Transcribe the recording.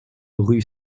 rue